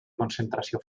concentració